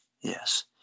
Yes